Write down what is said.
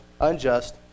unjust